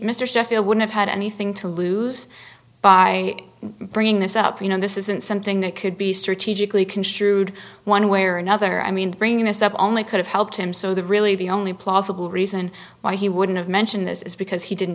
sheffield would have had anything to lose by bringing this up you know this isn't something that could be strategically construed one way or another i mean bringing this up only could help him so the really the only plausible reason why he wouldn't have mentioned this is because he didn't